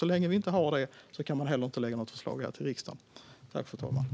Så länge vi inte har någon sådan analys kan vi heller inte lägga fram ett förslag som detta i riksdagen.